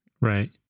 Right